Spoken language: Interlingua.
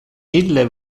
ille